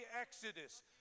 Exodus